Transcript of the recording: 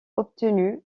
obtenu